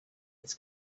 its